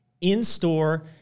In-store